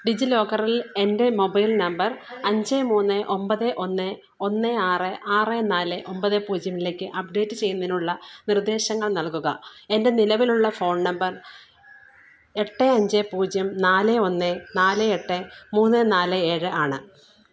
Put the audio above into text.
ഡിജിലോക്കറിൽ എൻ്റെ mobile number അഞ്ച് മൂന്ന് ഒമ്പത് ഒന്ന് ഒന്ന് ആറ് ആറ് നാല് ഒമ്പത് പൂജ്യം ലേക്ക് അപ്ഡേറ്റ് ചെയ്യുന്നതിനുള്ള നിർദ്ദേശങ്ങൾ നൽകുക എൻ്റെ നിലവിലുള്ള ഫോൺ നമ്പർ എട്ട് അഞ്ച് പൂജ്യം നാല് ഒന്ന് നാല് എട്ട് മൂന്ന് നാല് ഏഴ് ആണ്